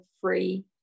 free